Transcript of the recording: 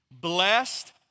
Blessed